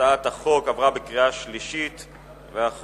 הצעת החוק עברה בקריאה שלישית ואחרונה.